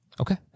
Okay